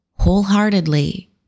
wholeheartedly